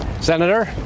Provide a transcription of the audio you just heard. Senator